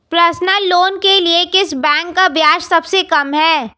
Personal loan के लिए किस बैंक का ब्याज सबसे कम है?